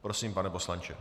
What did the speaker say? Prosím, pane poslanče.